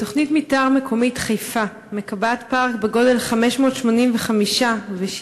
תוכנית מתאר מקומית חיפה מקבעת פארק בגודל 585 דונם,